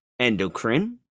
endocrine